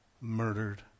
murdered